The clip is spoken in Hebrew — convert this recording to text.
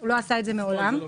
לא עשה זאת מעולם.